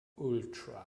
ultra